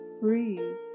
breathe